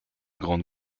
grande